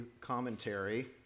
commentary